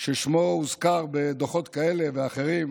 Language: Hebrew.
ששמו הוזכר בדוחות כאלה ואחרים: